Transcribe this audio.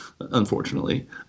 unfortunately